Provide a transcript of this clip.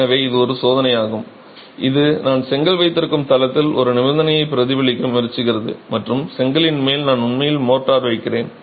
எனவே இது ஒரு சோதனையாகும் இது நான் செங்கல் வைத்திருக்கும் தளத்தில் ஒரு நிபந்தனையைப் பிரதிபலிக்க முயற்சிக்கிறது மற்றும் செங்கலின் மேல் நான் உண்மையில் மோர்ட்டார் வைக்கிறேன்